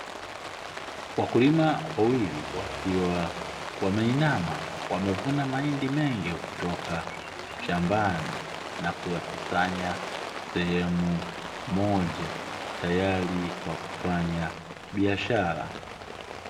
Wakulima wawili wakiwa wameinama wamevuna mahindi mengi kutoka shambani na kuyakusanya sehemu moja tayari kwa kufanya biashara.